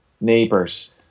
neighbors